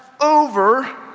over